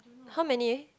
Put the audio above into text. how many